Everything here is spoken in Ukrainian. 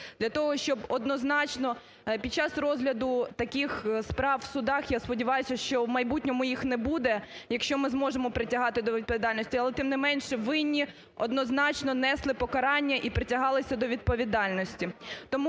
для того, щоб однозначно під час розгляду таких справ в судах, я сподіваюся, що в майбутньому їх не буде, якщо ми зможемо притягати до відповідальності. Але тим не менш винні однозначно несли покарання і притягалися до відповідальності.